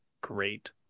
great